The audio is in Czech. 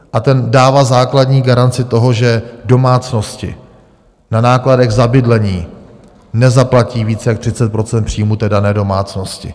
A ten dává základní garanci toho, že domácnosti na nákladech za bydlení nezaplatí více jak 30 % příjmů té dané domácnosti.